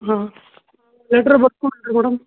ಹಾಂ ಲೆಟ್ರ್ ಬರ್ದು ಕೊಡಬೇಕಾ ಮೇಡಮ್